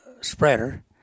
spreader